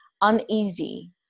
uneasy